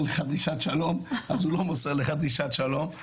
לך דרישת שלום אז הוא לא מוסר לך דרישת שלום.